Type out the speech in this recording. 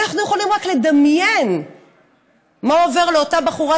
אנחנו יכולים רק לדמיין מה עובר לאותה בחורה